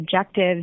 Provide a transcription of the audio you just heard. objectives